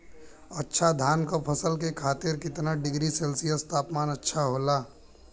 अच्छा धान क फसल के खातीर कितना डिग्री सेल्सीयस तापमान अच्छा होला?